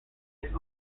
its